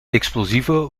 explosieven